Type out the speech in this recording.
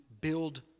build